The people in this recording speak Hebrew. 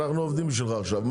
אנחנו עובדים בשבילך עכשיו.